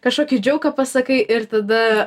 kažkokį džiauką pasakai ir tada